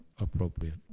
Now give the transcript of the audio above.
appropriate